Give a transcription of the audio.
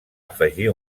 afegir